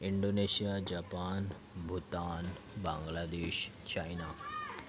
Indonesia Japan Bhutan Bangladesh China